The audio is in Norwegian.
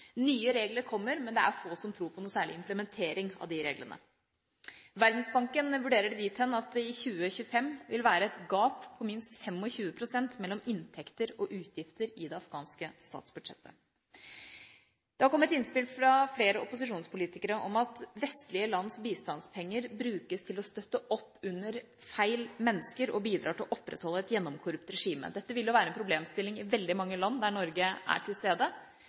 Nye regler kommer, men det er få som tror på noen særlig implementering av de reglene. Verdensbanken vurderer det dit hen at det i 2025 vil være et gap på minst 25 pst. mellom inntekter og utgifter i det afghanske statsbudsjettet. Det har kommet innspill fra flere opposisjonspolitikere om at vestlige lands bistandspenger brukes til å støtte opp under «feil» mennesker og bidrar til å opprettholde et gjennomkorrupt regime. Dette vil være en problemstilling i veldig mange land der Norge er til stede.